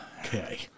Okay